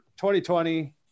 2020